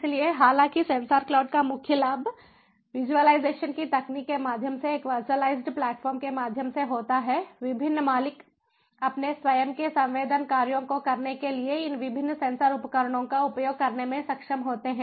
इसलिए हालांकि sensor cloud का मुख्य लाभ विज़ुअलाइज़ेशन की तकनीक के माध्यम से एक वर्चुअलाइज्ड प्लेटफ़ॉर्म के माध्यम से होता है विभिन्न मालिक अपने स्वयं के संवेदन कार्यों को करने के लिए इन विभिन्न सेंसर उपकरणों का उपयोग करने में सक्षम होते हैं